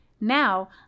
Now